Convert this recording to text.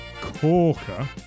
corker